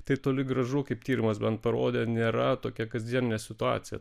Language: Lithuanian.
tai toli gražu kaip tyrimas bent parodė nėra tokia kasdienė situacija